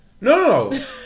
No